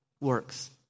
Works